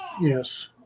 Yes